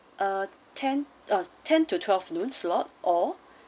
uh ten ah ten to twelve noon slot or